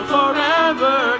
Forever